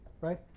Right